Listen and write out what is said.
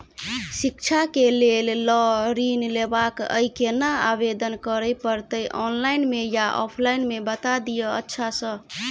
शिक्षा केँ लेल लऽ ऋण लेबाक अई केना आवेदन करै पड़तै ऑनलाइन मे या ऑफलाइन मे बता दिय अच्छा सऽ?